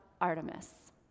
Artemis